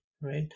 right